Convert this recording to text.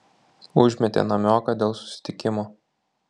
užmetė namioką dėl susitikimo